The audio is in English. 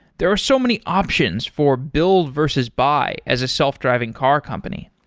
there are so many options for build versus buy as a self-driving car company,